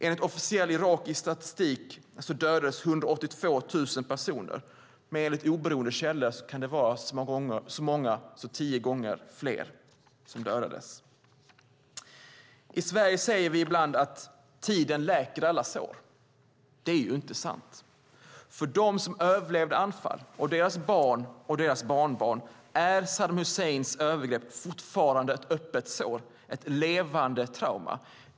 Enligt officiell irakisk statistik dödades 182 000 personer, men enligt oberoende källor kan det vara så många som tio gånger fler som dödades. I Sverige säger vi ibland att tiden läker alla sår. Det är inte sant. För dem som överlevde Anfal och för deras barn och barnbarn är Saddam Husseins övergrepp fortfarande ett öppet sår - ett levande trauma.